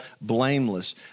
blameless